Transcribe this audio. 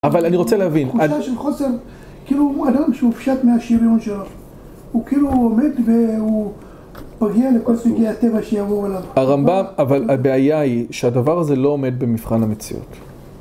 אבל אני רוצה להבין. הוא פשט של חוסר. כאילו הוא אדם שהופשט מהשריון שלו. הוא כאילו עומד והוא פגיע לכל סוגי הטבע שיבואו עליו. הרמב״ם, אבל הבעיה היא שהדבר הזה לא עומד במבחן המציאות.